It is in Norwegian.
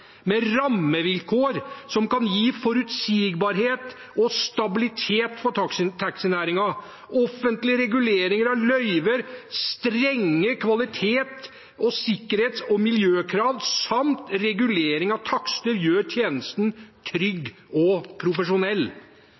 med rammevilkår som kan gi forutsigbarhet og stabilitet for taxinæringen. Offentlig regulering av løyver, strenge kvalitets-, sikkerhets- og miljøkrav samt regulering av takster gjør tjenesten trygg og profesjonell.